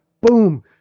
Boom